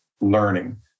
learning